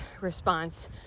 response